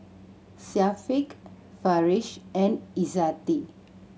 Syafiqah Farish and Izzati